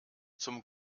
zum